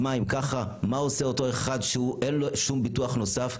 מה עושה אותו אחד שאין לו שום ביטוח נוסף,